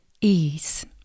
ease